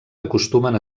acostumen